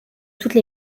toutes